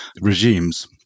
regimes